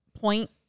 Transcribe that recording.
point